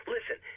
Listen